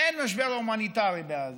אין משבר הומניטרי בעזה.